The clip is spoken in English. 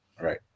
Right